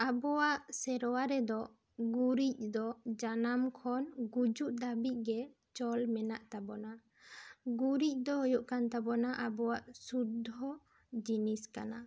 ᱟᱵᱚᱣᱟᱜ ᱥᱮᱨᱚᱣᱟ ᱨᱮᱫᱚ ᱜᱩᱨᱤᱡ ᱫᱚ ᱡᱟᱱᱟᱢ ᱠᱷᱚᱱ ᱜᱩᱡᱩᱜ ᱫᱷᱟᱹᱵᱤᱡ ᱜᱮ ᱪᱚᱞ ᱢᱮᱱᱟᱜ ᱛᱟᱵᱚᱱᱟ ᱜᱩᱨᱤᱡ ᱫᱚ ᱦᱩᱭᱩᱜ ᱠᱟᱱ ᱛᱟᱵᱚᱱᱟ ᱟᱵᱚᱣᱟᱜ ᱥᱩᱫᱽᱫᱷᱚ ᱡᱤᱱᱤᱥ ᱠᱟᱱᱟ